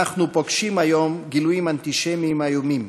אנחנו פוגשים היום גילויים אנטישמיים איומים,